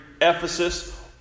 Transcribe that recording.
Ephesus